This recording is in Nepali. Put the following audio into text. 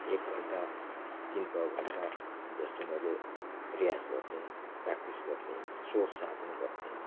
एक घन्टा तिन पावा घन्टा जस्तो मैले रियाज गर्थेँ प्रेक्टिस गर्थेँ स्वरसाधना गर्थेँ